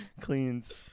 Cleans